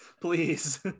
Please